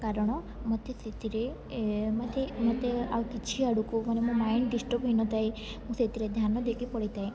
କାରଣ ମତେ ସେଥିରେ ମୋତେ ମୋତେ ଆଉ କିଛି ଆଡ଼ୁକୁ ମାନେ ମୋ ମାଇଣ୍ଡ ଡିଷ୍ଟର୍ବ ହୋଇନଥାଏ ମୁଁ ସେଥିରେ ଧ୍ୟାନ ଦେଇକି ପଢ଼ିଥାଏ